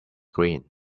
green